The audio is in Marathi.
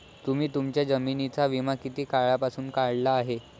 तुम्ही तुमच्या जमिनींचा विमा किती काळापासून काढला आहे?